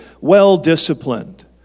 well-disciplined